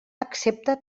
accepta